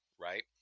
right